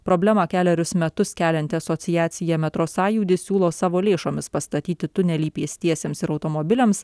problemą kelerius metus kelianti asociacija metro sąjūdis siūlo savo lėšomis pastatyti tunelį pėstiesiems ir automobiliams